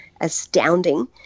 astounding